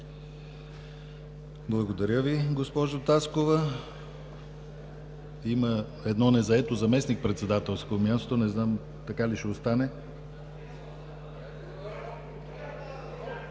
Благодаря Ви, госпожо Таскова. Има едно незаето заместник-председателско място. Така ли ще остане?